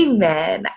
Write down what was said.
Amen